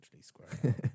square